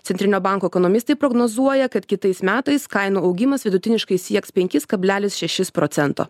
centrinio banko ekonomistai prognozuoja kad kitais metais kainų augimas vidutiniškai sieks penkis kablelis šešis procento